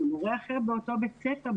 מורה אחר באותו בית ספר,